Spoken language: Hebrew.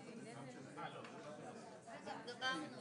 כמו שאמרתי,